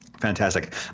Fantastic